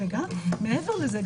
מעבר לזה,